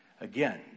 Again